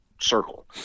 circle